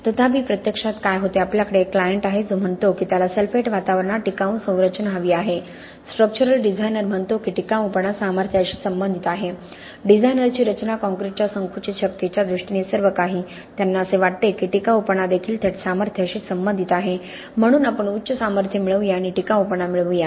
तथापि प्रत्यक्षात काय होते आपल्याकडे एक क्लायंट आहे जो म्हणतो की त्याला सल्फेट वातावरणात टिकाऊ संरचना हवी आहे स्ट्रक्चरल डिझायनर म्हणतो की टिकाऊपणा सामर्थ्याशी संबंधित आहे डिझायनरची रचना कॉंक्रिटच्या संकुचित शक्तीच्या दृष्टीने सर्वकाही त्यांना असे वाटते की टिकाऊपणा देखील थेट सामर्थ्याशी संबंधित आहे म्हणून आपण उच्च सामर्थ्य मिळवूया आणि टिकाऊपणा मिळवूया